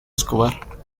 escobar